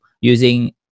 using